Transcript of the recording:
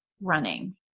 running